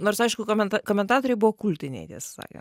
nors aišku komen komentatoriai buvo kultiniai tiesą sakant